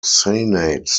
senate